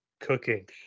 cooking